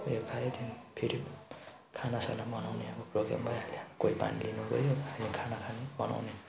उयो खायो त्यहाँदेखि फेरि खानासाना बनाउने अब प्रोगाम भइहाल्यो कोही पानी लिनु गयो कोही खाना खाने बनाउने